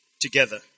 together